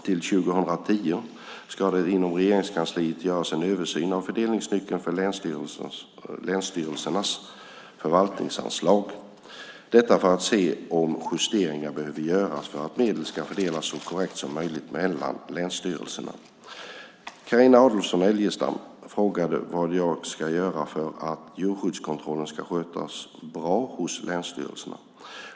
Till 2010 ska det inom Regeringskansliet göras en översyn av fördelningsnyckeln för länsstyrelsernas förvaltningsanslag, detta för att se om justeringar behöver göras för att medlen ska fördelas så korrekt som möjligt mellan länsstyrelserna. Carina Adolfsson Elgestam frågar vad jag ska göra för att djurskyddskontrollen ska skötas bra hos länsstyrelserna.